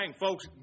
folks